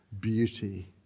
beauty